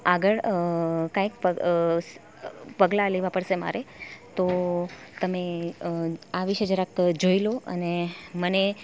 આગળ કંઇક પગલાં લેવા પડશે મારે તો તમે આ વિશે જરાક જોઇ લો અને મને